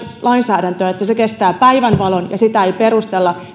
lainsäädäntöä että se kestää päivänvalon ja sitä ei perustella